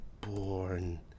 Born